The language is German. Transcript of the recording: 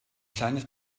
kleines